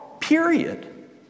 period